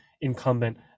incumbent